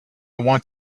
want